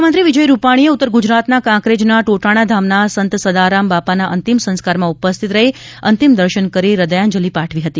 મુખ્યમંત્રી શ્રી વિજયભાઇ રૂપાણીએ ઉત્તર ગુજરાતનાં કાંકરેજના ટોટાણા ધામના સંત સદારામ બાપાના અંતિમ સંસ્કારમાં ઉપસ્થિત રહી અંતિમ દર્શન કરી હ્વદયાંજલિ પાઠવી હતી